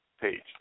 page